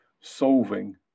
solving